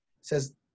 says